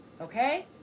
okay